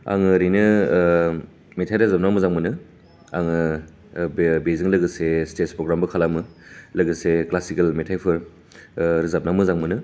आं ओरैनो मेथाइ रोजाबनो मोजां मोनो आङो बेजों लोगोसे स्टेज प्रग्रामबो खालामो लोगोसे क्लासिकेल मेथाइफोर रोजाबनो मोजां मोनो